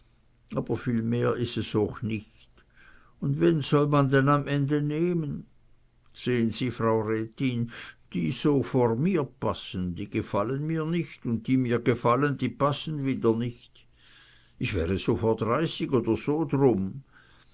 aber viel mehr is es ooch nich un wen soll man denn am ende nehmen sehen se frau rätin die so vor mir passen die gefallen mir nich un die mir gefallen die passen wieder nich ich wäre so vor dreißig oder so drum